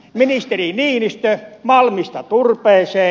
ministeri niinistö malmista turpeeseen